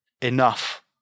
enough